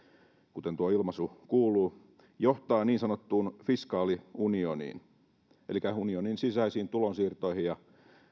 kuten tuo ilmaisu kuuluu johtavat niin sanottuun fiskaaliunioniin elikkä unionin sisäisiin tulonsiirtoihin ja